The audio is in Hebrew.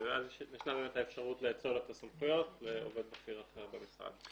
ואז ישנה באמת האפשרות לאצול לו את הסמכויות לעובד בכיר אחר במשרד.